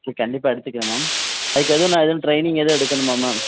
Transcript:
இது கண்டிப்பாக எடுத்துக்கிறேன் மேம் அதுக்கு எதுவும் நான் எதுவும் ட்ரைனிங் எதுவும் எடுக்கணுமா மேம்